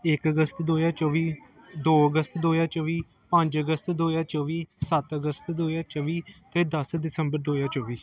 ਇੱਕ ਅਗਸਤ ਦੋ ਹਜ਼ਾਰ ਚੌਵੀ ਦੋ ਅਗਸਤ ਦੋ ਹਜ਼ਾਰ ਚੌਵੀ ਪੰਜ ਅਗਸਤ ਦੋ ਹਜ਼ਾਰ ਚੌਵੀ ਸੱਤ ਅਗਸਤ ਦੋ ਹਜ਼ਾਰ ਚੌਵੀ ਅਤੇ ਦਸ ਦਸੰਬਰ ਦੋ ਹਜ਼ਾਰ ਚੌਵੀ